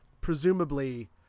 presumably